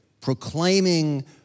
proclaiming